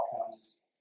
outcomes